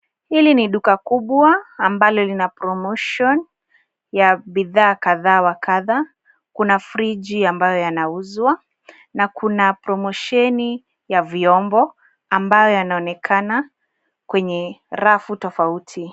Hili ni duka kubwa ambalo lina promotion ya bidhaa kadha wa kadha . Kuna friji ambayo yanauzwa na kuna promosheni ya vyombo ambayo yanaonekana kwenye rafu tofauti.